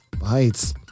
bites